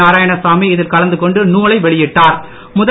நாராயணசாமி இதில் கலந்து கொண்டு நூலை வெளியிட்டார்முதல்